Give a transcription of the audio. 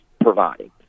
providing